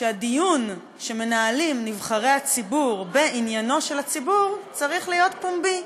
שהדיון שמנהלים נבחרי הציבור בעניינו של הציבור צריך להיות פומבי.